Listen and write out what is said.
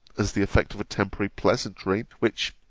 as the effect of a temporary pleasantry, which,